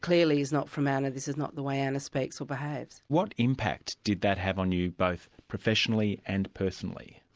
clearly is not from anna, this is not the way anna speaks or behaves. what impact did that have on you both professionally and personally?